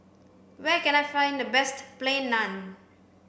where can I find the best plain naan